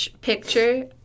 picture